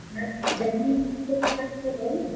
न जाम खर्च त कयो हुओ न